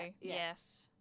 yes